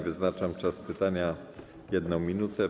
Wyznaczam czas pytania na 1 minutę.